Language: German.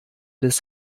des